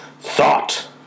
thought